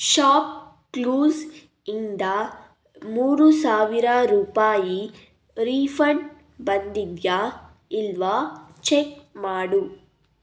ಶಾಪ್ಕ್ಲೂಸ್ ಇಂದ ಮೂರು ಸಾವಿರ ರೂಪಾಯಿ ರೀಫಂಡ್ ಬಂದಿದೆಯಾ ಇಲ್ವಾ ಚೆಕ್ ಮಾಡು